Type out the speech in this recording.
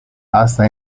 hasta